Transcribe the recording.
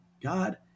God